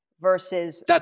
versus